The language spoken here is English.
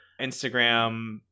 Instagram